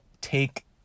take